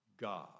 God